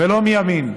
ולא מימין.